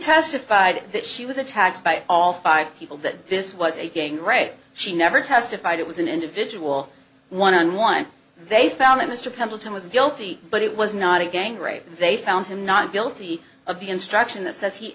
testified that she was attacked by all five people that this was a gang rape she never testified it was an individual one on one they found that mr pendleton was guilty but it was not a gang rape they found him not guilty of the instruction that says he